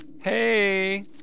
Hey